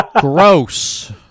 Gross